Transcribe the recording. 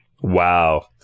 wow